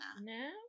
No